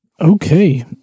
Okay